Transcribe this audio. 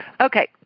Okay